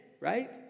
right